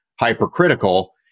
hypercritical